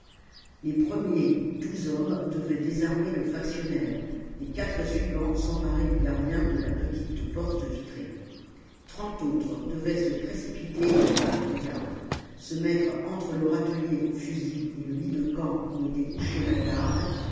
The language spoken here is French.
les premiers douze hommes devaient désarmer le factionnaire les quatre suivants s'emparer du gardien de la petite porte vitrée la commune trente autres devaient se précipiter dans le corps de garde se mettre entre le râtelier aux fusils et le lit de camp où était couché la garde